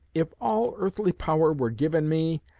if all earthly power were given me,